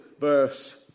verse